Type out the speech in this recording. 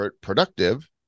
productive